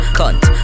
cunt